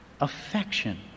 affection